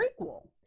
prequel